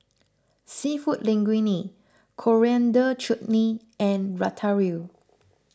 Seafood Linguine Coriander Chutney and Ratatouille